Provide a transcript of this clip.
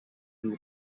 who